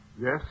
Yes